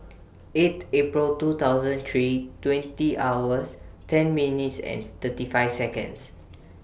eight April two thousand three twenty hours ten minutes and thirty five Seconds